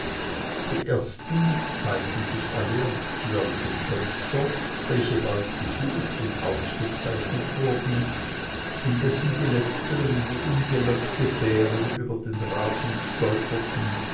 die ersteren zeigten sich alle als zierliche tänzer welche bald gesucht und ausgezeichnet wurden indessen die letzteren wie ungeleckte bären über den rasen stolperten